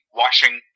washing